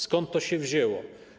Skąd to się wzięło?